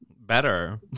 better